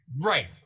Right